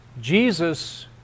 Jesus